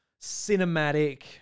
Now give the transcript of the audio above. cinematic